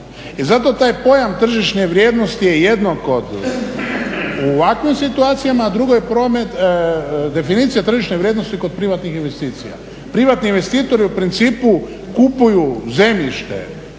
I zato taj pojam tržišne vrijednosti je jedno u ovakvim situacijama, a drugo je promet, definicija tržišne vrijednosti kod privatnih investicija. Privatni investitori u principu kupuju zemljište